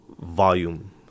volume